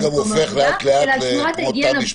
למקום העבודה אלא על שמירת ההיגיינה ונקיטת מרחק במקום העבודה.